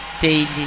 daily